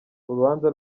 urubanza